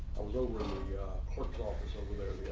i was over in the corporate office over there